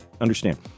understand